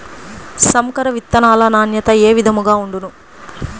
సంకర విత్తనాల నాణ్యత ఏ విధముగా ఉండును?